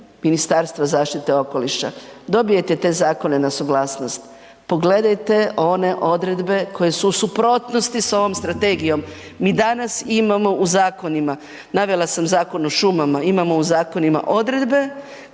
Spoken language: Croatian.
Ministarstva zaštite okoliša, dobijete te zakone na suglasnost. Pogledajte one odredbe koje su u suprotnosti s ovom Strategijom, mi danas imamo u zakonima, navela sam Zakon o šumama, imamo u zakonima odredbe koje su sad već u suprotnosti s ovom Strategijom.